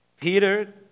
Peter